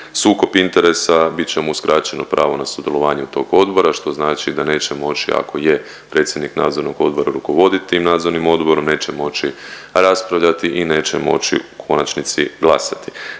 sukob interesa bit će mu uskraćeno pravo na sudjelovanje tog odbora, što znači da neće moći ako je predsjednik nadzornog odbora rukovoditi nadzornim odborom, neće moći raspravljati i neće moći u konačnici glasati.